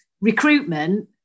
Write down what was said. recruitment